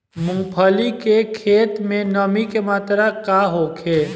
मूँगफली के खेत में नमी के मात्रा का होखे?